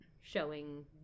showing